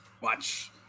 Watch